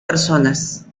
personas